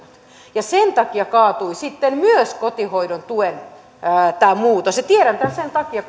ja sen takia kaatui sitten myös kotihoidon tuen muutos tiedän tämän sen takia